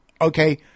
okay